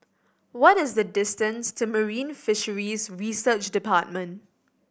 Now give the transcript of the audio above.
what is the distance to Marine Fisheries Research Department